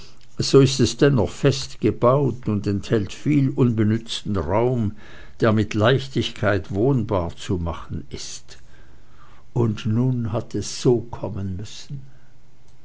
so ist es dennoch fest gebaut und enthält viel unbenützten raum der mit leichtigkeit wohnbar zu machen ist und nun hat es so kommen müssen